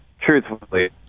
truthfully